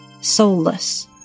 soulless